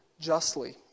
justly